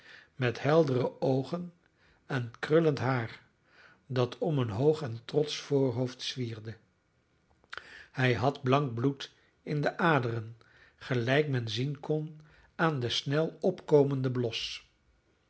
met heldere oogen en krullend haar dat om een hoog en trotsch voorhoofd zwierde hij had blank bloed in de aderen gelijk men zien kon aan den snel opkomenden blos